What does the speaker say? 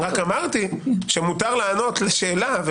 רק אמרתי שמותר לענות לשאלה,